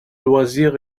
loisir